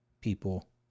people